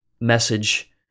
message